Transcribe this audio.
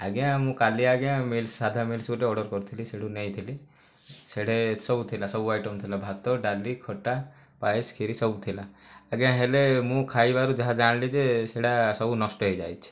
ଆଜ୍ଞା ମୁଁ କାଲି ଆଜ୍ଞା ମିଲସ୍ ସାଧା ମିଲସ୍ ଗୋଟେ ଅର୍ଡ଼ର କରିଥିଲି ସେଠାରୁ ନେଇଥିଲି ସେଠାରେ ସବୁ ଥିଲା ସବୁ ଆଇଟମ୍ ଥିଲା ଭାତ ଡାଲି ଖଟା ପାଏସ୍ କ୍ଷୀରି ସବୁ ଥିଲା ଆଜ୍ଞା ହେଲେ ମୁଁ ଖାଇବାରୁ ଯାହା ଜାଣିଲି ଯେ ସେଇଟା ସବୁ ନଷ୍ଟ ହୋଇଯାଇଛି